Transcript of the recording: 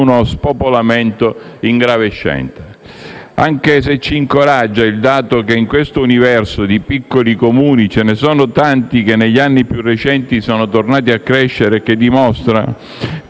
uno spopolamento ingravescente. Anche se ci incoraggia il dato per cui, in questo universo di piccoli Comuni, ve ne sono tanti che negli anni più recenti sono tornati a crescere e che dimostrano